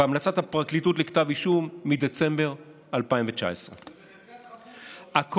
בהמלצת הפרקליטות לכתב אישום מדצמבר 2019. ובחזקת חפות.